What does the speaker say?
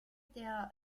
der